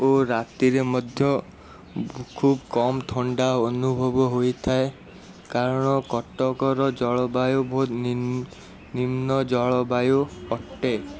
ଓ ରାତିରେ ମଧ୍ୟ ଖୁବ୍ କମ୍ ଥଣ୍ଡା ଅନୁଭବ ହୋଇଥାଏ କାରଣ କଟକର ଜଳବାୟୁ ବହୁତ ନି ନିମ୍ନ ଜଳବାୟୁ ଅଟେ